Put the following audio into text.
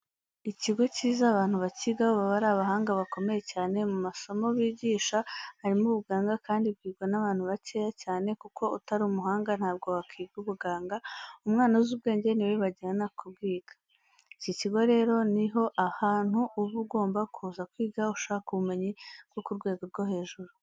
Ikigo cyiza abantu bakigaho baba ari abahanga bakomeye cyane, mu masomo bigisha harimo ubuganga kandi bwigwa n'abantu bakeya cyane kuko utari umuhanga ntabwo wakwiga ubuganga, umwana uzi ubwenge ni we bajyana kubwiga. Iki kigo rero ni ho hantu uba ugomba kuza kwiga ushaka ubumenyi bwo ku rwego rwo hejuru.